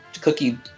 cookie